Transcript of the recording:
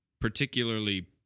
particularly